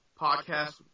podcast